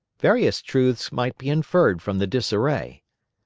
various truths might be inferred from the disarray.